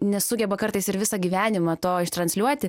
nesugeba kartais ir visą gyvenimą to ištransliuoti